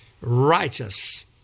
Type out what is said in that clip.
righteous